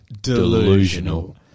Delusional